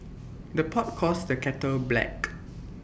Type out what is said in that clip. the pot calls the kettle black